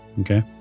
okay